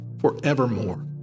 forevermore